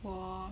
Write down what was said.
我